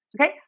okay